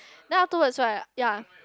then afterwards right ya